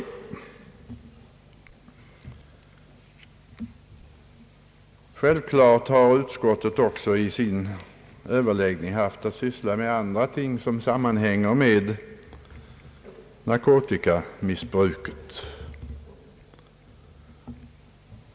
Självklart har utskottet också vid sin prövning haft att syssla med andra ting som sammanhänger med narkotikamissbruket.